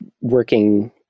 working